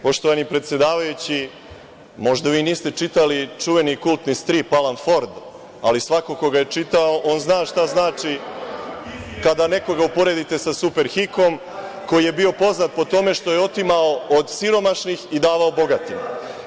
Poštovani predsedavajući, možda vi niste čitali čuveni kultni strip Alan Ford, ali svako ko ga je čitao on zna šta znači kada nekoga uporedite sa Superhikom koji je bio poznat po tome što je otimao od siromašnih i davao bogatima.